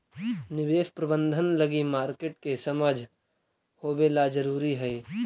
निवेश प्रबंधन लगी मार्केट के समझ होवेला जरूरी हइ